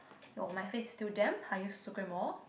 while my face is still damp I use Sucremor